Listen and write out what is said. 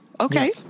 Okay